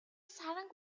саранг